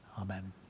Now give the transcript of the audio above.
amen